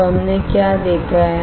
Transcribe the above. तो हमने क्या देखा है